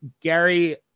gary